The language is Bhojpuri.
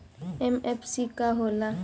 एम.एफ.सी का होला?